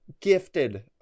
gifted